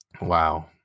wow